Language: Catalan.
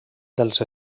dels